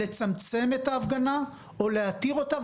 לצמצם את ההפגנה או להתיר אותה,